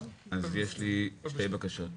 יש לי שתי בקשות.